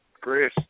Chris